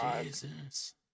Jesus